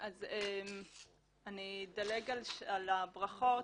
אני אדלג על הברכות,